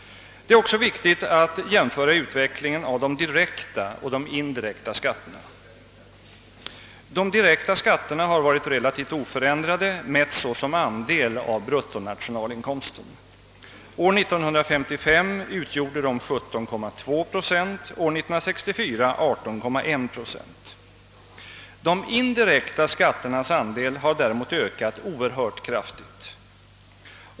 Det är också viktigt att jämföra utvecklingen av de direkta och de indirekta skatterna. De direkta skatterna har varit relativt oförändrade, mätt såsom andel av bruttonationalinkomsten. År 1955 utgjorde de 17,2 procent, år 1964 18,1 procent. De indirekta skatternas andel har däremot ökat oerhört kraftigt.